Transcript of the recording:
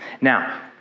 Now